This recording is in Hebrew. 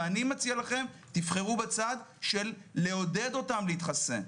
ואני מציע לכם תבחרו בצד של לעודד אותם להתחסן.